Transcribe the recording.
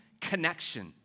connection